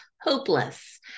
hopeless